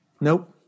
nope